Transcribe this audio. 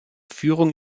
führung